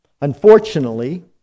Unfortunately